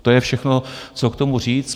To je všechno, co k tomu říct.